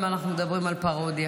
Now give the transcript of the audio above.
אם אנחנו מדברים על פרודיה,